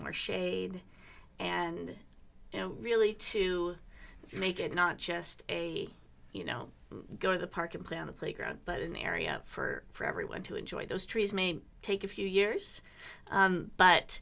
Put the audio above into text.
shade and you know really to make it not just a you know go to the park and play on the playground but an area for everyone to enjoy those trees may take a few years